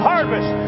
harvest